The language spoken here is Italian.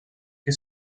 che